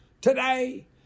today